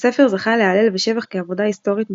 הספר זכה להלל ושבח כעבודה היסטורית מופתית.